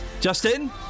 Justin